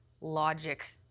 logic